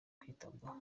kwitabwaho